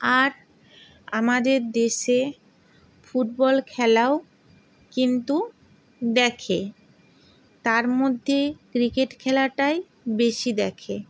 আর আমাদের দেশে ফুটবল খেলাও কিন্তু দেখে তার মধ্যে ক্রিকেট খেলাটাই বেশি দেখে